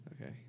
Okay